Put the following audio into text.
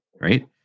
right